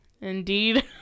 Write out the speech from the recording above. Indeed